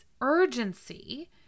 urgency